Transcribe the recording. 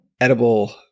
edible